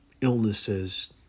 illnesses